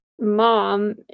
mom